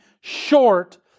short